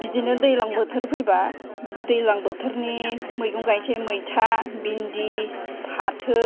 बिदिनो दैज्लां बोथोर फैबा दैज्लां बोथोरनि मैगं गायनोसै मैथा भिनदि फाथो